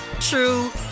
true